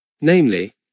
Namely